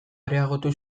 areagotu